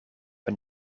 een